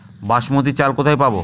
বাসমতী চাল কোথায় পাবো?